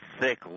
thick